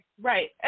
Right